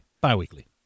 Bi-weekly